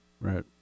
Right